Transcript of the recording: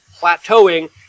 plateauing